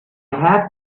have